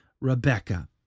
Rebecca